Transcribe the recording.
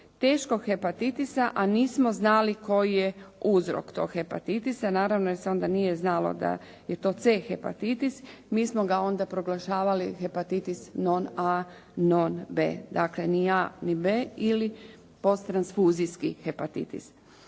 teškog hepatitisa a nismo znali koji je uzrok tog hepatitisa naravno jer se onda nije znalo da je to C hepatitis, mi smo ga onda proglašavali hepatitis non A non B, dakle ni A ni B ili posttransfuzijski hepatitis.